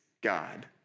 God